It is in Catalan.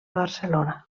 barcelona